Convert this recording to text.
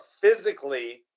physically